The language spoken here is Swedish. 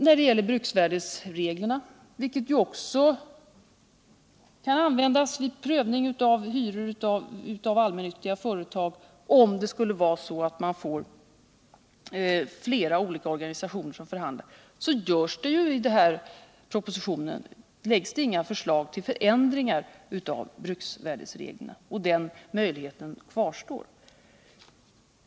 När det gäller bruksvärdesreglerna, vilka kan användas också av allmännyttiga bostadsföretag vid prövning av hyror om man får flera olika organisationer att förhandla med, framläggs i propositionen inga törslag till förändringar, utan den gamla ordningen kvarstår.